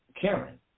Karen